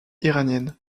iranienne